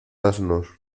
asnos